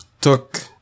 took